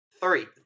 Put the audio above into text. Three